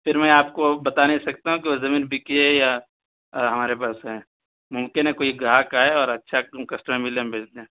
پھر میں آپ کو بتا نہیں سکتا ہوں کہ وہ زمین بکی ہے یا ہمارے پاس ہے ممکن ہے کوئی گاہک آئے اور اچھا کسٹمر ملے ہم بیچ دیں